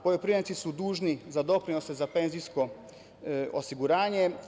Poljoprivrednici su dužni za doprinose za penzijsko osiguranje.